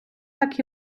так